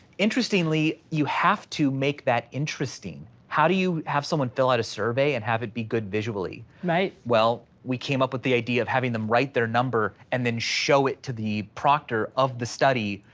interestingly, you have to make that interesting. how do you have someone fill out a survey and have it be good visually? well, we came up with the idea of having them write their number and then show it to the proctor of the study,